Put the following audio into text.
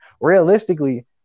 realistically